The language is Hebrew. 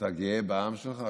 אתה גאה בעם שלך?